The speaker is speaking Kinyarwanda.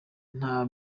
nta